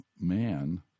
man